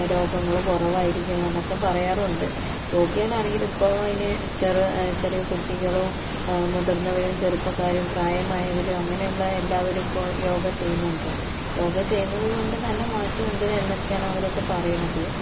രോഗങ്ങള് കുറവായിരിക്കും എന്നൊക്കെ പറയാറുമുണ്ട് രോഗികളാണെങ്കിലും ഇപ്പോൾ അതിന് ചെറു ചെറിയ കുട്ടികളും മുതിർന്നവരും ചെറുപ്പക്കാരും പ്രായമായവരും അങ്ങനെയുള്ള എല്ലാവരും ഇപ്പോൾ യോഗ ചെയ്യുന്നുണ്ട് യോഗ ചെയ്യുന്നതുക്കൊണ്ട് നല്ല മാറ്റമുണ്ട് എന്നൊക്കെയാണ് അവരൊക്ക പറയണത്